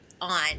on